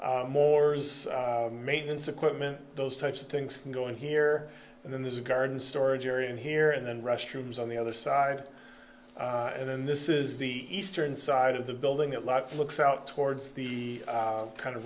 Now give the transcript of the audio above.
so moore's maintenance equipment those types of things go in here and then there's a garden storage area in here and then restrooms on the other side and then this is the eastern side of the building that life looks out towards the kind of